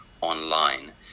online